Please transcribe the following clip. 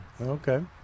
okay